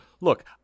look